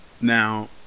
Now